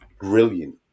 brilliant